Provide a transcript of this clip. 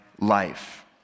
life